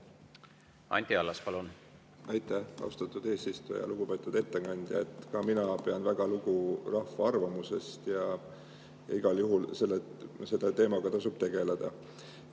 Anti Allas, palun!